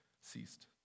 ceased